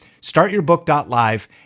startyourbook.live